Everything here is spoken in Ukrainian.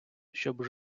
щоб